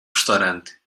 restaurante